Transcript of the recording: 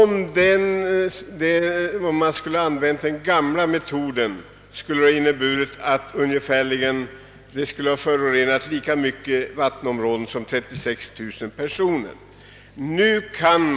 Med den gamla metoden skulle denna mängd ha förorenat lika stora vattenområden som 36 000 människor.